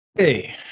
Okay